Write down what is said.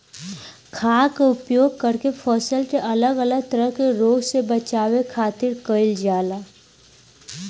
खाद्य के उपयोग करके फसल के अलग अलग तरह के रोग से बचावे खातिर कईल जाला